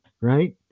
right